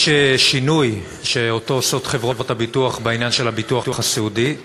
חברות הביטוח עושות שינוי בעניין הביטוח הסיעודי,